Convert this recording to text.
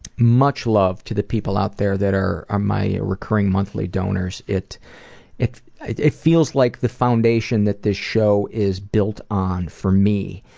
much love to the people out there that are are my recurring monthly donors. it it feels like the foundation that the show is built on for me,